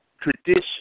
tradition